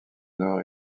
nord